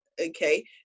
okay